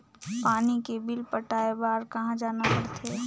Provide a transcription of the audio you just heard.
पानी के बिल पटाय बार कहा जाना पड़थे?